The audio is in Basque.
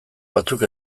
batzuk